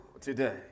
today